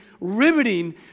riveting